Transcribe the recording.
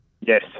Yes